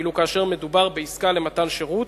ואילו כאשר מדובר בעסקה למתן שירות